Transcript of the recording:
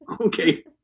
okay